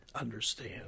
understand